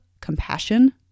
compassion